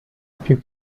più